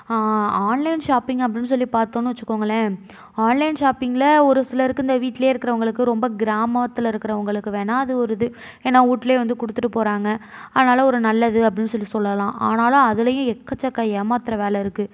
online shopping அப்படின் சொல்லி பார்த்தோனு வெச்சுக்கோங்களேன் ஆன்லைன் ஷாப்பிங்கில் ஒரு சிலருக்கு இந்த வீட்டிலே இருக்குறவங்களுக்கு ரொம்ப கிராமத்துல இருக்குறவங்களுக்கு வேணா அது ஒரு இது ஏன்னா வீட்லே வந்து கொடுத்துட்டு போகிறாங்க அதனால் ஒரு நல்லது அப்படின் சொல்லி சொல்லலாம் ஆனாலும் அதுலேயும் எக்கச்சக்க ஏமாத்துகிற வேலை இருக்குது